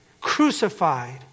crucified